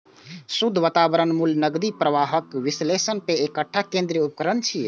शुद्ध वर्तमान मूल्य नकदी प्रवाहक विश्लेषण मे एकटा केंद्रीय उपकरण छियै